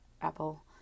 Apple